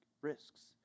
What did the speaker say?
risks